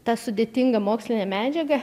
tą sudėtingą mokslinę medžiagą